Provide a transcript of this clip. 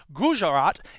Gujarat